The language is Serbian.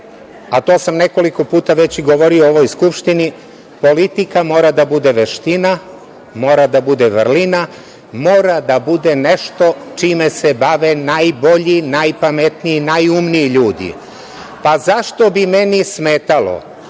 a to sam nekoliko puta već govorio u ovoj Skupštini, politika mora da bude veština, mora da bude vrlina, mora da bude nešto čime se bave najbolji, najpametniji, najumniji ljudi.Zašto bi meni smetalo